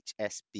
hsb